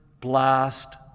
blast